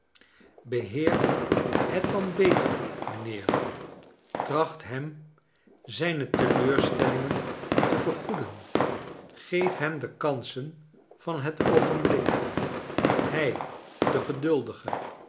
beheer het dan beter mijnheer tracht hem zijne teleurstellingen te vergoeden geef hem de kansen van het oogenblik hij de geduldige